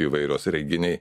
įvairios renginiai